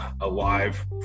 alive